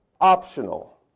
optional